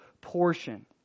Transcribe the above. portion